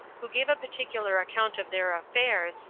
who gave a particular account of their affairs,